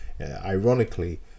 Ironically